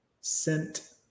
scent